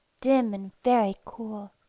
dim and very cool